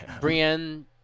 brienne